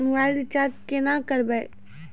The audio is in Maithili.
मोबाइल रिचार्ज केना करबै?